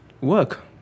work